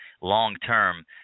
long-term